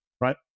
right